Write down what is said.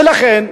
ולכן,